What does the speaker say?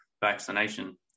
vaccination